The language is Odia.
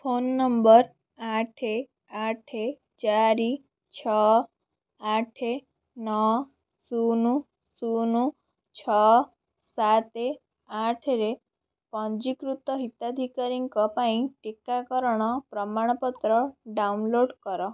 ଫୋନ୍ ନମ୍ବର ଆଠ ଆଠ ଚାରି ଛଅ ଆଠ ନଅ ଶୂନ ଶୂନ ଛଅ ସାତ ଆଠରେ ପଞ୍ଜୀକୃତ ହିତାଧିକାରୀଙ୍କ ପାଇଁ ଟିକାକରଣ ପ୍ରମାଣପତ୍ର ଡାଉନଲୋଡ଼୍ କର